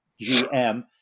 GM